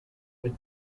what